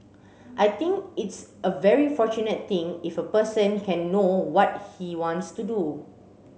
I think it's a very fortunate thing if a person can know what he wants to do